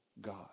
God